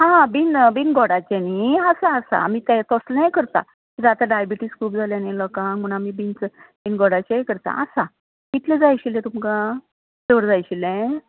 आं हां बी बी गोडाचें न्हय आसा आसा आमी तसलेंय करतात कित्याक आतां डायबीटीस खूब जाल्या न्हय लोकांक म्हूण आमी बी बी गोडाचें करता आसा कितलें जाय आशिल्लें तुमका चड जाय आशिल्लें